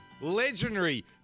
legendary